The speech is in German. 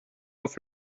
auf